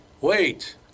wait